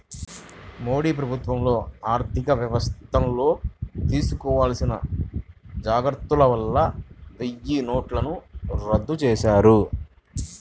మోదీ ప్రభుత్వంలో ఆర్ధికవ్యవస్థల్లో తీసుకోవాల్సిన జాగర్తల వల్ల వెయ్యినోట్లను రద్దు చేశారు